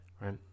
Right